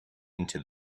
into